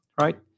right